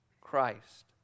Christ